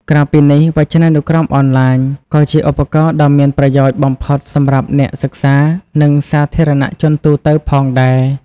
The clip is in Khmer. ក្រៅពីនេះ វចនានុក្រមអនឡាញ ក៏ជាឧបករណ៍ដ៏មានប្រយោជន៍បំផុតសម្រាប់អ្នកសិក្សា និងសាធារណជនទូទៅផងដែរ។